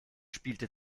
spielte